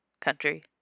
country